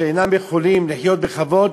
שאינן יכולות לחיות בכבוד,